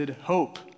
hope